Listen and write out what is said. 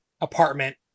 apartment